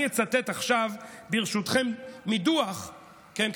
אני אצטט עכשיו מדוּחַ כן,